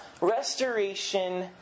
restoration